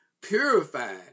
purified